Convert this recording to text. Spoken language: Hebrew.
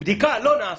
ובדיקה לא נעשתה.